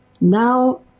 Now